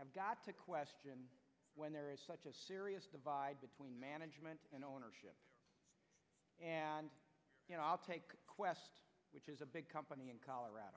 have got to question when there is such a serious divide between management and ownership you know i'll take quest which is a big company in colorado